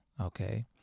okay